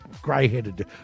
grey-headed